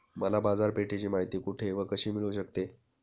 मला बाजारपेठेची माहिती कुठे व कशी मिळू शकते?